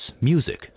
music